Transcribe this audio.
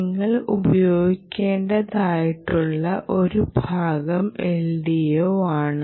നിങ്ങൾ ഉപയോഗിക്കേണ്ടതായിട്ടുള്ള ഒരു ഭാഗം LDO ആണ്